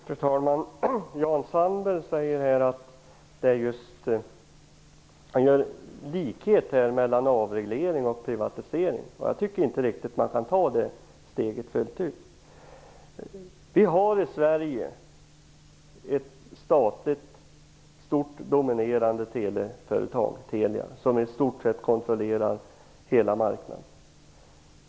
Fru talman! Enligt Jan Sandberg skulle det finnas likheter mellan avreglering och privatisering. Jag tycker inte att man kan ta det steget fullt ut. Vi har i Sverige ett stort, dominerande, statligt teleföretag, Telia, som i stort sett kontrollerar hela marknaden.